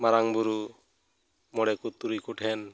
ᱢᱟᱨᱟᱝ ᱵᱩᱨᱩ ᱢᱚᱲᱮᱠᱚ ᱛᱩᱨᱩᱭ ᱠᱚ ᱴᱷᱮᱱ